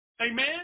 Amen